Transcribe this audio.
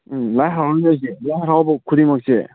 ꯎꯝ ꯂꯥꯏ ꯍꯔꯥꯎꯔꯤꯈꯩꯁꯦ ꯂꯥꯏ ꯍꯔꯥꯎꯕ ꯈꯨꯗꯤꯡꯃꯛꯁꯦ